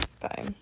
bye